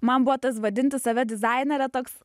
man buvo tas vadinti save dizainere toks